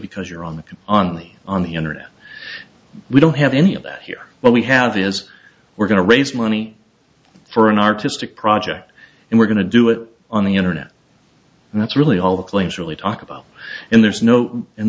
because you're on the can on me on the internet we don't have any of that here what we have is we're going to raise money for an artistic project and we're going to do it on the internet and that's really all the claims really talk about and there's no